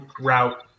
route